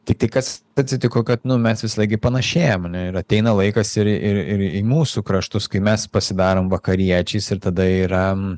tiktai kas atsitiko kad mes visąlaik gi panašėjam ir ateina laikas ir ir ir į mūsų kraštus kai mes pasidarom vakariečiais ir tada yra